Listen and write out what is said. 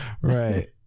Right